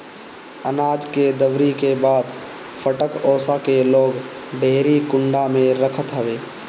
अनाज के दवरी के बाद फटक ओसा के लोग डेहरी कुंडा में रखत हवे